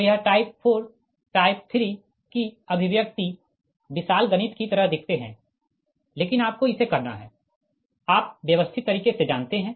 तो यह type 4 type 3 की अभिव्यक्ति विशाल गणित की तरह दिखते है लेकिन आपको इसे करना है आप व्यवस्थित तरीके से जानते है